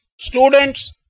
Students